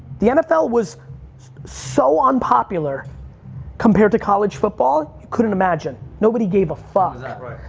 the nfl was so unpopular compared to college football, you couldn't imagine. nobody gave a fuck. was that, right,